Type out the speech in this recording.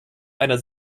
einer